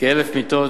כ-1,000 מיטות,